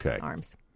arms